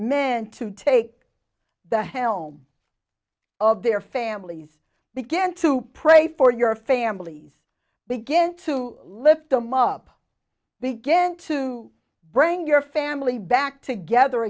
men to take the helm of their families begin to pray for your families begin to lift them up begin to bring your family back together